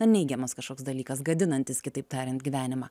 na neigiamas kažkoks dalykas gadinantis kitaip tariant gyvenimą